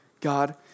God